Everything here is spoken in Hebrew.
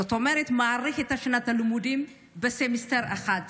זאת אומרת שזה מאריך את שנת הלימודים בסמסטר אחד,